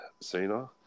Cena